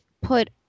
put